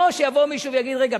לא שיבוא מישהו ויגיד: רגע,